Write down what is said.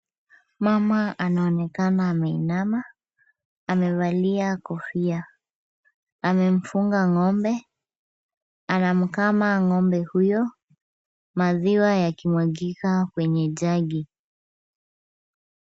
Mama anaonekana ameinama, amevalia kofia, amemfunga ng'ombe, anamkama ng'ombe huyo maziwa yakimwagika kwenye jagi .